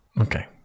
Okay